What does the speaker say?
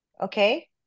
okay